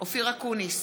אופיר אקוניס,